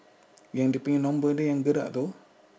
yang dia punya nombor dia yang gerak itu